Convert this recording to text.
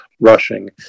rushing